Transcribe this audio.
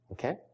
Okay